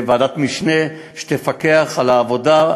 לוועדת משנה שתפקח על העבודה,